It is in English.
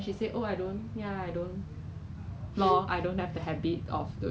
they need err I think physical aspect of things like